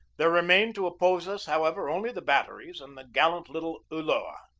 there remained to oppose us, however, only the bat teries and the gallant little ulloa.